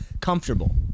comfortable